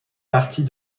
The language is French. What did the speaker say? partie